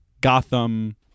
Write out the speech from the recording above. Gotham